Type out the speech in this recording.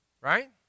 Right